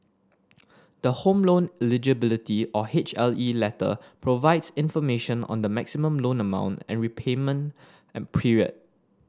the Home Loan Eligibility or H L E letter provides information on the maximum loan amount and repayment an period